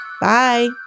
Bye